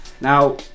Now